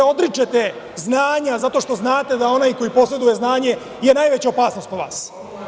Odričete se znanja zato što znate da onaj ko poseduje znanje je najveća opasnost po vas.